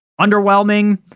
Underwhelming